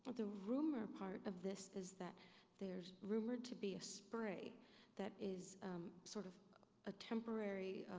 the rumor part of this is that there's rumored to be a spray that is sort of a temporary,